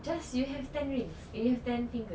just you have ten rings eh ten fingers